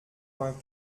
vingt